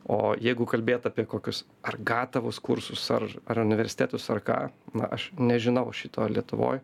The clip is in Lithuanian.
o jeigu kalbėt apie kokius ar gatavus kursus ar ar universitetus ar ką na aš nežinau šito lietuvoj